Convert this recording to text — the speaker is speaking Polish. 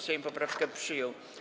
Sejm poprawkę przyjął.